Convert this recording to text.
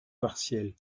partielles